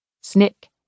Snick